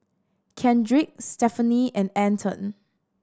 Kendrick Stephanie and Anton